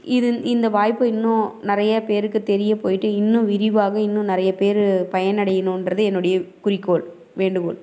இது இந்த வாய்ப்பு இன்னும் நிறைய பேருக்கு தெரிய போயிட்டு இன்னும் விரிவாக இன்னும் நிறைய பேர் பயனடையனுன்றது என்னுடைய குறிக்கோள் வேண்டுக்கோள்